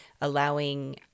allowing